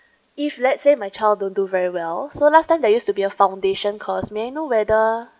if let's say my child don't do very well so last time they used to be a foundation course may I know whether